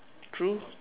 true